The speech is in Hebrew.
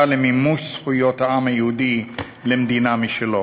לממש את זכויות העם היהודי למדינה משלו.